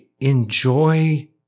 enjoy